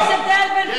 לא, אני שואלת: איך?